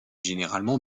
généralement